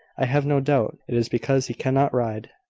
i have no doubt it is because he cannot ride.